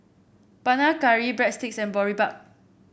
Panang Curry Breadsticks and Boribap